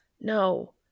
No